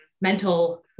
mental